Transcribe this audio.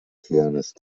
pianist